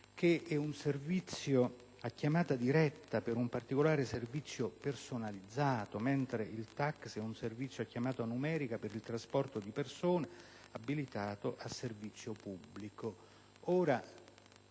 con conducente a chiamata diretta, per un particolare servizio personalizzato, mentre il taxi è un servizio a chiamata numerica per il trasporto di persone abilitato a servizio pubblico.